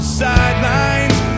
sidelines